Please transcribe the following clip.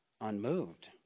unmoved